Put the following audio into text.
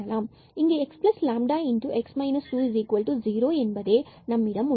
இங்கு xλx 20 நம்மிடம் உள்ளது